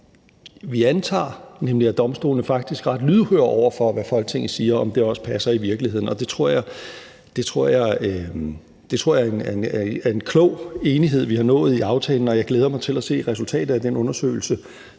vi antager, nemlig at domstolene faktisk er ret lydhøre over for, hvad Folketinget siger, også passer i virkeligheden. Det tror jeg er en klog enighed, vi har nået i aftalen, og jeg glæder mig til at se resultatet af den undersøgelse.